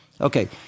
Okay